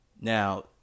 Now